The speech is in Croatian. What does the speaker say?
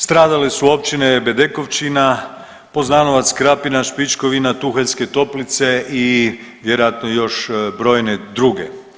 Stradale su općine Bedekovčina, Poznanovac, Krapina, Špičkovina, Tuheljske Toplice i vjerojatno još brojne druge.